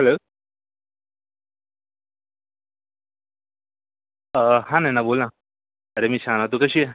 hello हा नैना बोल ना अरे मी छान आहे तू कशी आहे